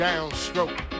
Downstroke